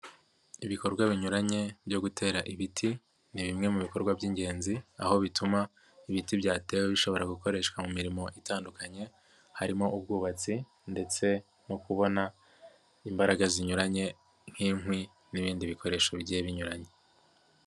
Ibikorwa binyuranye byo gutera ibiti ni bimwe mu bikorwa by'ingenzi aho bituma ibiti byatewe bishobora gukoreshwa mu mirimo itandukanye harimo ubwubatsi ndetse nko kubona imbaraga zinyuranye nk'inkwi n'ibindi bikoresho bigiye binyuranye.